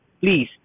Please